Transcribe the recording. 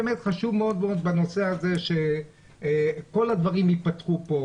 חשוב מאוד שכל הדברים יפתרו פה,